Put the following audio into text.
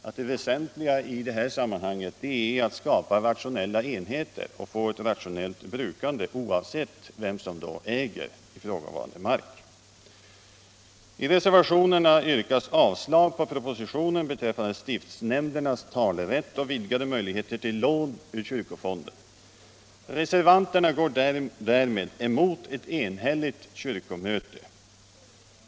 Det väsentliga i sammanhanget är att skapa rationella enheter och få till stånd ett rationellt brukande, oavsett vem som äger ifrågavarande mark. I reservationerna 1 och 2 yrkas avslag på propositionen beträffande stiftsnämndernas talerätt och vidgade möjligheter till lån av kyrkofonden. Reservanterna går därmed emot ett enhälligt kyrkomöte.